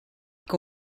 que